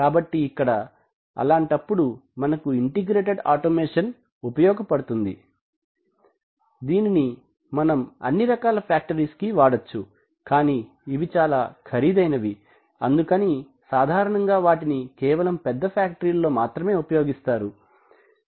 కాబట్టి ఇక్కడ ఇలాంటప్పుడు మనకు ఇంటిగ్రేటెడ్ ఆటోమేషన్ ఉపయోగ పడుతుంది దీనిని మనం అన్ని రకాల ఫ్యాక్టరీస్ కి వాడొచ్చు కానీ ఇవి చాలా ఖరీదైనవి అందుకని సాధారణంగా వాటిని కేవలం పెద్ద ఫాక్టరీలలో మాత్రమే ఉపయోగిస్తారు చేస్తారు